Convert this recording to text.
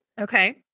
Okay